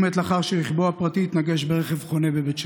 הוא מת לאחר שרכבו הפרטי התנגש ברכב חונה בבית שמש.